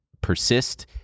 persist